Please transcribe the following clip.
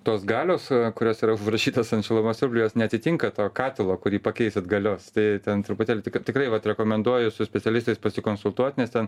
tos galios kurios yra užrašytos ant šilumos siurblio jos neatitinka to katilo kurį pakeisit galios tai ten truputėlį tik tikrai vat rekomenduoju su specialistais pasikonsultuot nes ten